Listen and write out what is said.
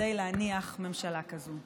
כדי להניח ממשלה כזאת.